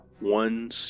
one